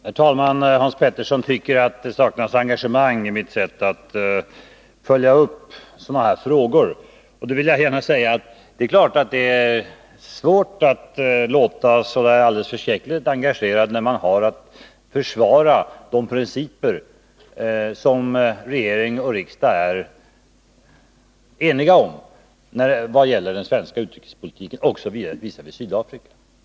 Herr talman! Hans Petersson tycker att det saknas engagemang i mitt sätt att svara. Kanske låter det så. Det kan vara svårt att låta särskilt engagerad när uppgiften är att tala om vad de principer som gäller för svensk politik visavi Sydafrika inte tillåter oss att göra.